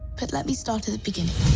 but let me start at the beginning.